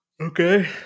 Okay